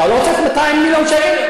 אתה לא רוצה את ה-200 מיליון דולר?